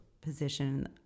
position